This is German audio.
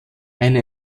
eine